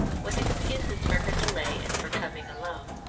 with excuses for her delay and for coming alone.